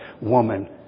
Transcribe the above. woman